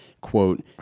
quote